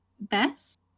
best